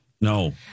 No